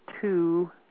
two